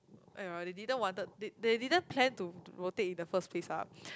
!aiya! they didn't wanted they they didn't plan to to rotate in the first place ah